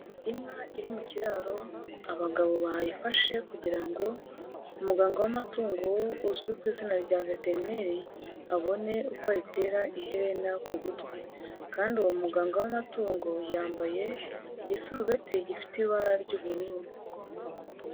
Inka iri mu kiraro, abagabo bayifashe kugira ngo, umuganga w'amatungo uzwi ku izina rya veterineri, abone uko ayitera iherena ku gutwi. Kandi uwo muganga w'amatungo, yambaye igisurubeti gifite ibara ry'ubururu.